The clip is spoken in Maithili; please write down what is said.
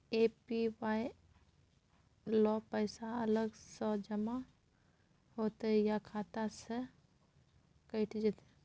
ए.पी.वाई ल पैसा अलग स जमा होतै या खाता स कैट जेतै?